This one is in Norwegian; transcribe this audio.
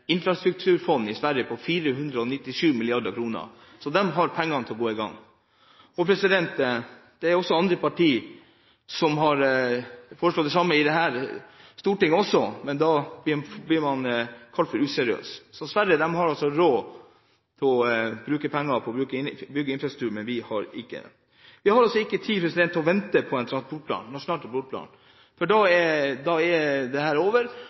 til å gå i gang. Også andre partier i dette stortinget har foreslått det samme, men da blir man kalt useriøs. Så Sverige har altså råd til å bruke penger på å bygge infrastruktur, men vi har ikke det. Vi har ikke tid til å vente på en nasjonal transportplan, for da er dette over, og da vil Sverige, som også ministeren sier, finne andre veier å ta ut godset på. Det kan gå over